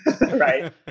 Right